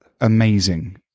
Amazing